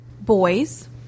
boys